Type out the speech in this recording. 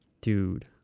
dude